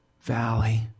Valley